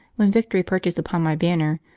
when victory perches upon my banner,